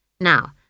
Now